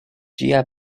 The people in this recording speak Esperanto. ĝia